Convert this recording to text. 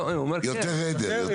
יותר עדר.